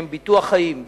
שהם ביטוח חיים,